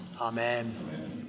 Amen